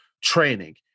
training